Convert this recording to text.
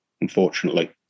unfortunately